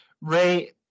Ray